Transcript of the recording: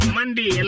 Monday